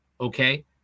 Okay